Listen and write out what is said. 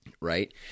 right